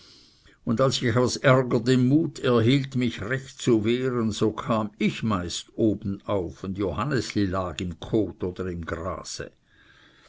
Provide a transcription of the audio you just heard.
und als ich aus ärger den mut erhielt mich recht zu wehren so kam ich meist oben auf und johannesli lag im kot oder im grase